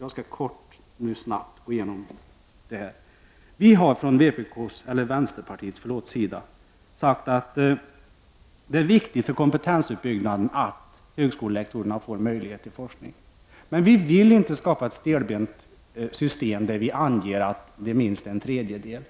Helt kort och snabbt skall jag gå igenom den här saken. Vänsterpartiet har framhållit att det med tanke på kompetensutbyggnaden är viktigt att högskolelektorerna får möjlighet till forskning. Men vi vill inte skapa ett stelbent system genom att säga att minst en tredjedel